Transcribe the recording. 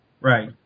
Right